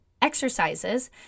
exercises